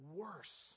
worse